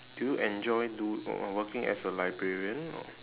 do you enjoy do~ uh w~ working as a librarian or